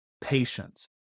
patience